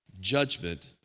judgment